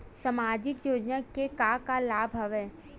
सामाजिक योजना के का का लाभ हवय?